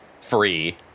free